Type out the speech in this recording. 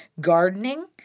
gardening